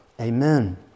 Amen